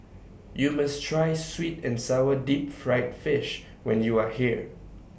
YOU must Try Sweet and Sour Deep Fried Fish when YOU Are here